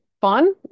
Fun